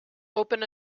open